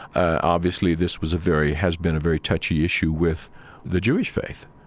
obviously, this was a very, has been a very touchy issue with the jewish faith.